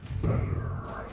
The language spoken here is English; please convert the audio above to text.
better